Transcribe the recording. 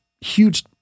huge